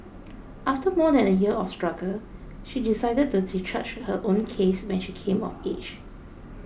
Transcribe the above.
after more than a year of struggle she decided to discharge her own case when she came of age